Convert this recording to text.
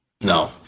No